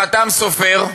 החת"ם סופר,